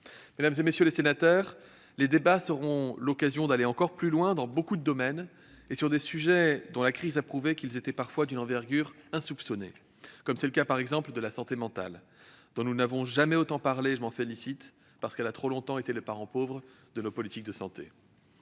Mesdames, messieurs les sénateurs, nos débats seront l'occasion d'aller encore plus loin dans beaucoup de domaines et sur des sujets dont la crise a prouvé qu'ils étaient parfois d'une envergure insoupçonnée, comme c'est le cas, par exemple, de la santé mentale, dont nous n'avons jamais autant parlé. Je m'en félicite d'ailleurs, parce qu'elle a trop longtemps été le parent pauvre de nos politiques de santé.